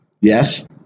yes